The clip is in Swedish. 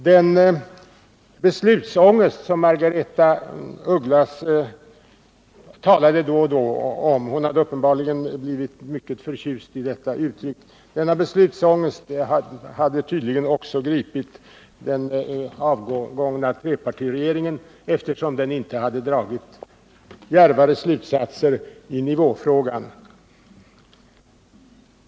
Den beslutsångest som Margaretha af Ugglas talade då och då om — hon hade uppenbarligen blivit mycket förtjust i detta uttryck — hade tydligen också gripit den avgångna trepartiregeringen, eftersom den inte hade dragit djärvare slutsatser i nivåfrågan.